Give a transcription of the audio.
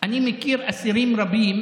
אני מכיר אסירים רבים